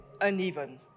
uneven